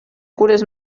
cures